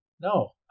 No